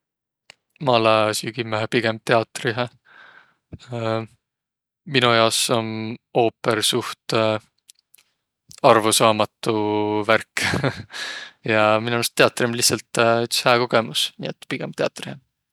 Ma lääsiq kimmähe pigemb tiatrihe. Mino jaos om oopõr suht arvosaamatu värk. Ja mino meelest tiatri om lihtsält üts hää kogõmus.